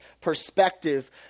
perspective